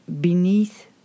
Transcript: beneath